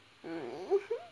mm